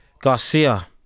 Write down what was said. Garcia